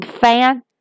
fan